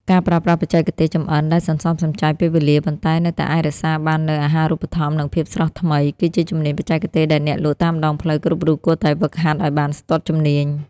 ការប្រើប្រាស់បច្ចេកទេសចម្អិនដែលសន្សំសំចៃពេលវេលា ប៉ុន្តែនៅតែអាចរក្សាបាននូវអាហារូបត្ថម្ភ និងភាពស្រស់ថ្មី គឺជាជំនាញបច្ចេកទេសដែលអ្នកលក់តាមដងផ្លូវគ្រប់រូបគួរតែហ្វឹកហាត់ឱ្យបានស្ទាត់ជំនាញ។